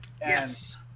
yes